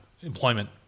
employment